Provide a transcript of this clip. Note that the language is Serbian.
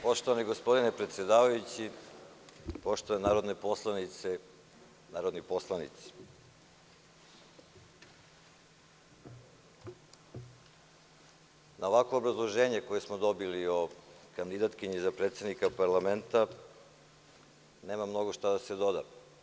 Poštovani gospodine predsedavajući, poštovane narodne poslanice i narodni poslanici, na ovakvo obrazloženje koje smo dobili o kandidatkinji za predsednika parlamenta nema mnogo šta da se doda.